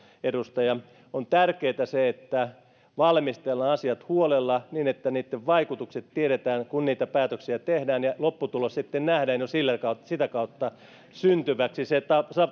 edustaja on tärkeätä se että valmistellaan asiat huolella niin että niitten vaikutukset tiedetään kun niitä päätöksiä tehdään ja lopputulos sitten nähdään jo sitä kautta syntyväksi se